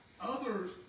others